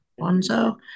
Bonzo